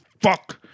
fuck